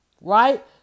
right